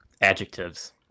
adjectives